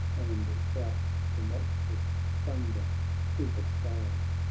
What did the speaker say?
and shouts tumultuous thunder to the skies.